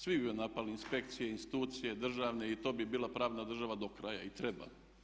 Svi ju je napali inspekcije, institucije državne i to bi bila pravna država do kraja i treba.